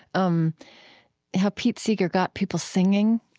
um how pete seeger got people singing,